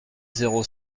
zéro